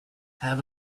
have